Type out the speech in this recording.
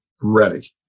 ready